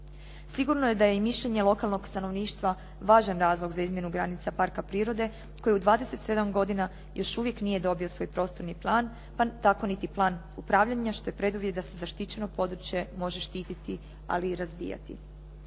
Sigurno je da je i mišljenje lokalnog stanovništva važan razlog za izmjenu granica parka prirode koji u 27 godina još uvijek nije dobio svoj prostorni plan pa tako niti plan upravljanja, što je preduvjet da se zaštićeno područje može štititi, ali i razvijati.